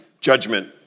judgment